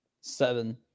Seven